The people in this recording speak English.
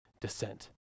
descent